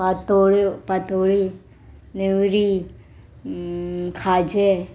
पातोळ्यो पातोळी नेवरी खाजें